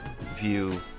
view